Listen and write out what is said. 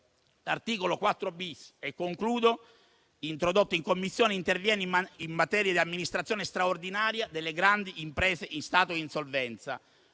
L'articolo 4-*bis,* introdotto in Commissione, interviene in materia di amministrazione straordinaria delle grandi imprese in stato di insolvenza,